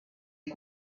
est